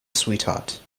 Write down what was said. sweetheart